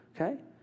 okay